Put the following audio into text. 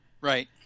Right